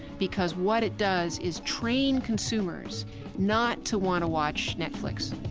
because what it does is train consumers not to want to watch netflix